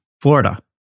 Florida